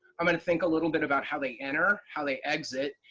i'm going to think a little bit about how they enter, how they exit,